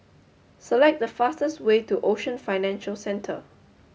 select the fastest way to Ocean Financial Centre